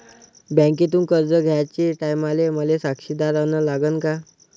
बँकेतून कर्ज घ्याचे टायमाले मले साक्षीदार अन लागन का?